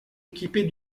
équipées